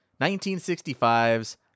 1965's